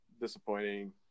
Disappointing